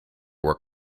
were